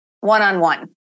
one-on-one